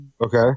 Okay